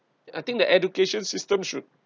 I think the education system should